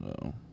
No